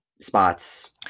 spots